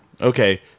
Okay